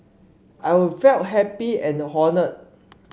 I'll felt happy and